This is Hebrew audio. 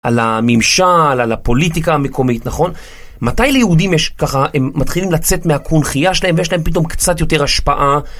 על הממשל, על הפוליטיקה המקומית, נכון? מתי ליהודים יש ככה, הם מתחילים לצאת מהקונחייה שלהם ויש להם פתאום קצת יותר השפעה?